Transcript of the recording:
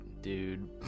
Dude